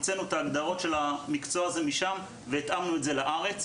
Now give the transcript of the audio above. הוצאנו את ההגדרות של המקצוע הזה משם והתאמנו את זה לארץ.